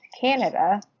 Canada